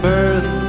birth